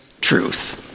truth